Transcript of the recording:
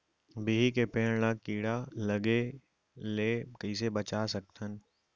बिही के पेड़ ला कीड़ा लगे ले कइसे बचा सकथन?